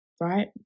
right